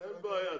אין בעיה.